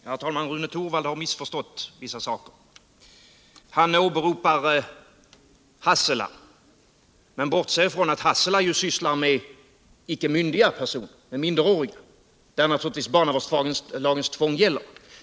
Herr talman! Rune Torwald har missförstått vissa saker. Han åberopar Hasselaprojektet men bortser från att detta projekt sysslar med icke myndiga 63 personer, med minderåriga, där barnavårdslagens tvång naturligtvis gäller.